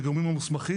זה הגורמים המוסמכים.